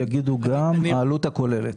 יגידו גם את העלות הכוללת.